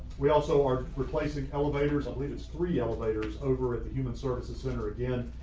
we also are replacing elevators, i believe it's three elevators over at the human services center. again,